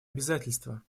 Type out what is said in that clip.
обязательства